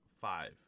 five